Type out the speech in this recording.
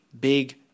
big